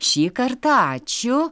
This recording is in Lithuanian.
šį kartą ačiū